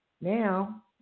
now